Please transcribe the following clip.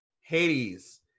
Hades